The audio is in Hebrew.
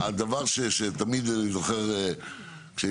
הדבר שתמיד אני זוכר כשהייתי,